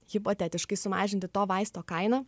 hipotetiškai sumažinti to vaisto kainą